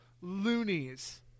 loonies